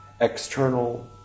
External